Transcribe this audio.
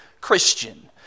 Christian